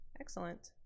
Excellent